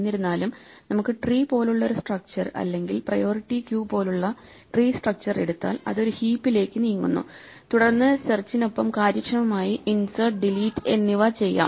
എന്നിരുന്നാലും നമുക്ക് ട്രീ പോലുള്ള ഒരു സ്ട്രക്ച്ചർ അല്ലെങ്കിൽ പ്രയോറിറ്റി ക്യു പോലുള്ള ട്രീ സ്ട്രക്ച്ചർ എടുത്താൽ അത് ഒരു ഹീപ്പിലേക്ക് നീങ്ങുന്നു തുടർന്ന് സെർച്ചിനൊപ്പം കാര്യക്ഷമമായി ഇൻസേർട്ട് ഡിലീറ്റ് എന്നിവ ചെയ്യാം